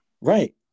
Right